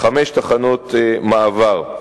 חמש תחנות מעבר.